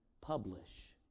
publish